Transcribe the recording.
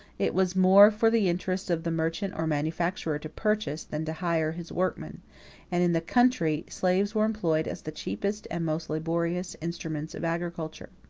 it was more for the interest of the merchant or manufacturer to purchase, than to hire his workmen and in the country, slaves were employed as the cheapest and most laborious instruments of agriculture.